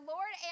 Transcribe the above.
Lord